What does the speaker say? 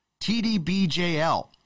TDBJL